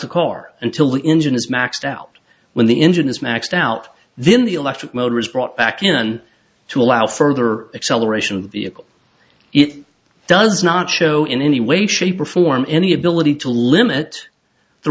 the car until the engine is maxed out when the engine is maxed out then the electric motor is brought back again to allow further acceleration of vehicle it does not show in any way shape or form any ability to limit the